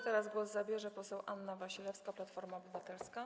Teraz głos zabierze poseł Anna Wasilewska, Platforma Obywatelska.